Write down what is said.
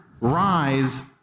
rise